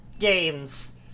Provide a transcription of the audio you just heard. games